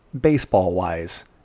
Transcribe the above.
baseball-wise